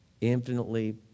infinitely